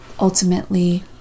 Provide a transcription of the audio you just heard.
ultimately